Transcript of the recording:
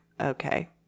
okay